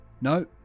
no